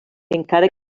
encara